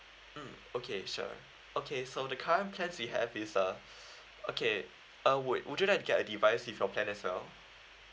mm okay sure okay so the current plans we have is uh okay uh would would you like get a device with our plan as well